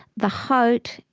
the heart,